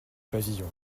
pavillon